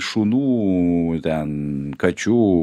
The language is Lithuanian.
šunų ten kačių